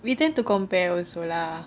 we tend to compare with also lah